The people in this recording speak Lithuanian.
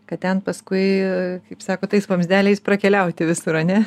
kad ten paskui kaip sako tais vamzdeliais prakeliauti visur ane